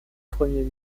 premiers